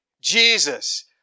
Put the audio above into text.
Jesus